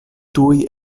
tuj